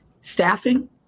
staffing